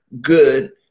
good